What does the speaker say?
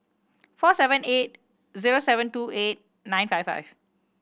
four seven eight zero seven two eight nine five five